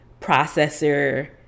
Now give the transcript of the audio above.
processor